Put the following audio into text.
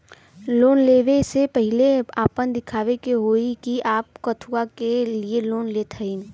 Loan ले वे से पहिले आपन दिखावे के होई कि आप कथुआ के लिए लोन लेत हईन?